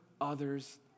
others